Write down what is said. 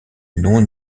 non